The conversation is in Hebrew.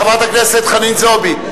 חברת הכנסת חנין זועבי,